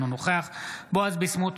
אינו נוכח בועז ביסמוט,